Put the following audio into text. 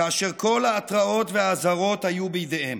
כאשר כל ההתראות והאזהרות היו בידיהם.